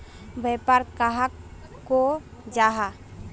व्यापार कहाक को जाहा?